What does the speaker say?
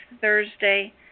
Thursday